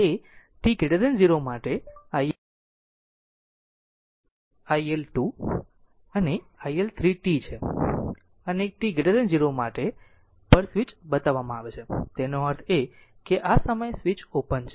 તે t 0 માટે iL1 t iL2 t અને i3t છે અને t 0 પર સ્વીચ ખોલવામાં આવે છે તેનો અર્થ એ કે આ સમયે સ્વીચ ઓપન છે